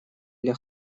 для